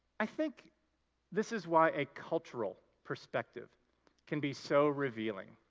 i think this is why a cultural perspective can be so revealing.